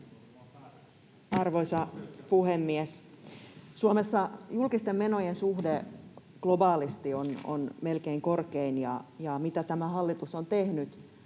Arvoisa puhemies! Suomessa julkisten menojen suhde globaalisti on melkein korkein. Ja mitä tämä hallitus on tehnyt